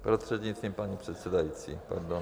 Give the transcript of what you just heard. Prostřednictvím paní předsedající, pardon.